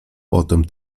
potem